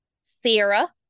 Sarah